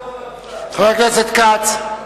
חבר הכנסת כץ.